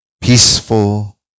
peaceful